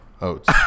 oats